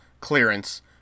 clearance